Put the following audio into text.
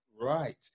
Right